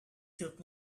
took